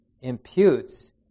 imputes